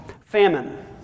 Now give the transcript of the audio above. Famine